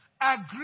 Agree